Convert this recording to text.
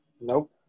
Nope